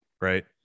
right